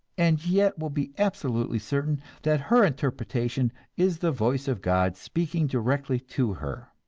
and yet will be absolutely certain that her interpretation is the voice of god speaking directly to her.